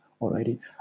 already